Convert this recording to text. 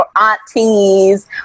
aunties